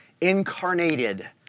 incarnated